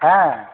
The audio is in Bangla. হ্যাঁ